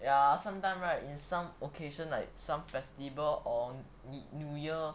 ya sometimes right in some occasion like some festival on the new year